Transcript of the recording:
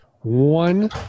One